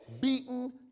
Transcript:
beaten